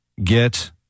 get